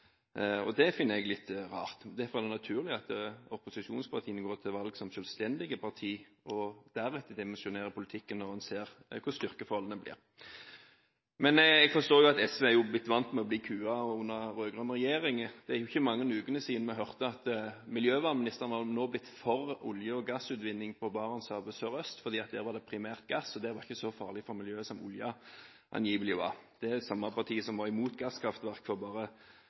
og det finner jeg litt rart. Derfor er det naturlig at opposisjonspartiene går til valg som selvstendige partier og deretter dimensjonerer politikken når en ser hvordan styrkeforholdet blir. Jeg forstår jo at SV er blitt vant med å bli kuet under den rød-grønne regjeringen. Det er jo ikke mange ukene siden vi hørte at miljøvernministeren var blitt for olje- og gassutvinning på Barentshavet sørøst, for der var det primært gass, og det var ikke så farlig for miljøet som oljen angivelig var. Det er det samme partiet som var imot gasskraftverk for bare